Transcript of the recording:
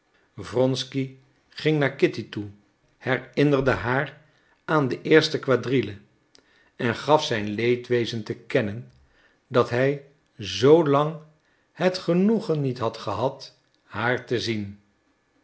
wronsky ging naar kitty toe herinnerde haar aan de eerste quadrille en gaf zijn leedwezen te kennen dat hij zoo lang het genoegen niet had gehad haar te zien